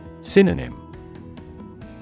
synonym